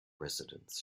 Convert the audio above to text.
residents